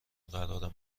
قرارمون